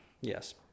Yes